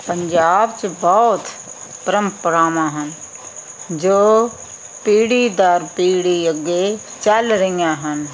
ਪੰਜਾਬ 'ਚ ਬਹੁਤ ਪਰੰਪਰਾਵਾਂ ਹਨ ਜੋ ਪੀੜ੍ਹੀ ਦਰ ਪੀੜ੍ਹੀ ਅੱਗੇ ਚੱਲ ਰਹੀਆਂ ਹਨ